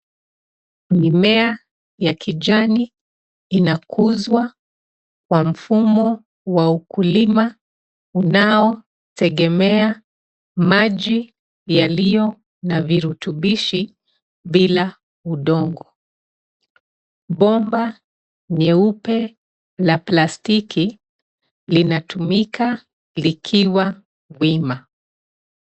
Mimea ya kijani inakuzwa kwa mfumo wa ukulima unaotegemea maji yaliyo na virutubishi bila udongo . Bomba nyeupe la plastiki linatumika likiwa wima